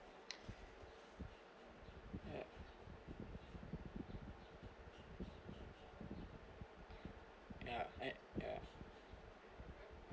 yeah ya and ya